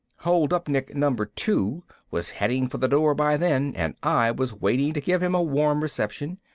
holdupnik number two was heading for the door by then, and i was waiting to give him a warm reception.